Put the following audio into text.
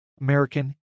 American